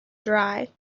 dry